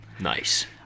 nice